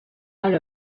out